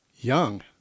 young